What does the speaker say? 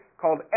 called